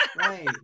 right